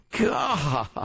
God